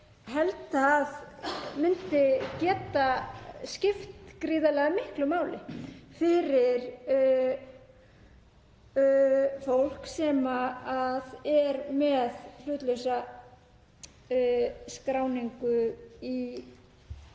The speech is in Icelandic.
held að gæti skipt gríðarlega miklu máli fyrir fólk sem er með hlutlausa skráningu í